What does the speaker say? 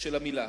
של המלה.